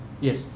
Yes